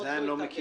את זה אני לא מכיר.